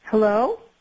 Hello